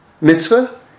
mitzvah